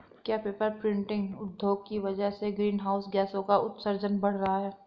क्या paper printing उद्योग की वजह से ग्रीन हाउस गैसों का उत्सर्जन बढ़ रहा है?